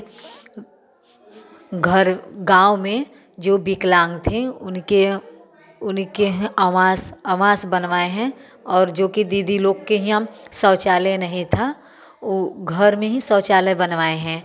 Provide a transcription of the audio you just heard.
घर गाँव में जो विकलांग थे उनके उनके हैं आवास आवास बनवाए हैं और जोकि दीदी लोग के यहाँ शौचालय नहीं था वह घर में ही शौचालय बनवाए हैं